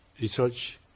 Research